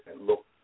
look